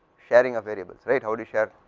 sharing of variables right. how do you share,